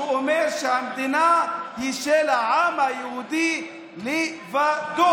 שאומר שהמדינה היא של העם היהודי לבדו.